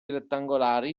rettangolari